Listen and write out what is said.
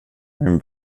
min